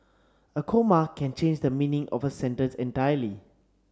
a comma can change the meaning of a sentence entirely